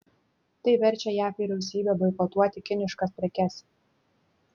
tai verčia jav vyriausybę boikotuoti kiniškas prekes